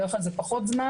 בדרך כלל זה פחות זמן,